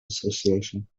association